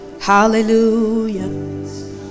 Hallelujah